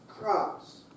crops